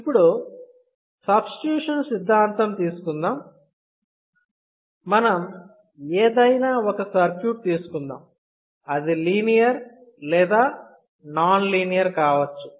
ఇప్పుడు సబ్స్టిట్యూషన్ సిద్ధాంతం తీసుకుందాం మనం ఏదైనా ఒక సర్క్యూట్ తీసుకుందాం అది లీనియర్ లేదా నాన్ లీనియర్ కావచ్చు